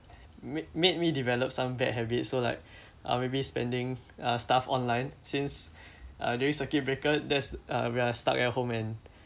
make make me develop some bad habits so like uh maybe spending uh stuff online since uh during circuit breaker there's uh we are stuck at home and